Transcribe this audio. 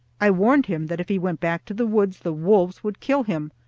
i warned him that if he went back to the woods the wolves would kill him,